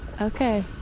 Okay